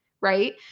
right